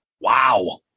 Wow